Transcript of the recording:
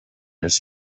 his